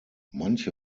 manche